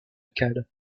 cale